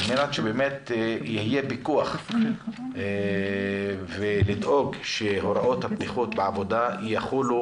על מנת שיהיה פיקוח ולדאוג שהוראות הבטיחות בעבודה יחולו